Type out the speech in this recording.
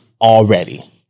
Already